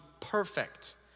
perfect